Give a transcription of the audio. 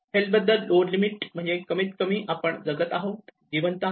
health बद्दल lower limit म्हणजे कमीत कमी आपण जगत आहोत जिवंत आहोत